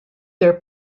their